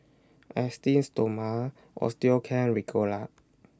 Esteem Stoma Osteocare Ricola